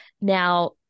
Now